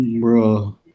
Bro